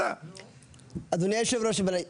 ואנחנו לא חושבים שזה נכון שהממשלה --- הוא שאל מה אתם מציעים.